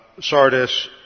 Sardis